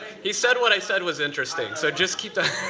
he said what i said was interesting, so just keep that